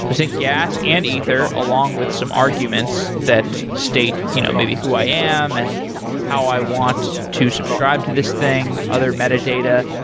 sent gas and ether along with some arguments that state you know maybe who i am and how i want to subscribe to this thing, other metadata,